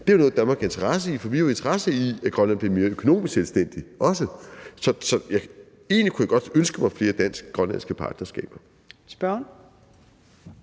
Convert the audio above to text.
Det er noget, Danmark har interesse i, for vi har jo interesse i, at Grønland bliver mere økonomisk selvstændig. Så egentlig kunne jeg godt ønske mig flere dansk-grønlandske partnerskaber.